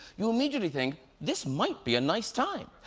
you immediately think, this might be a nice time.